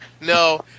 No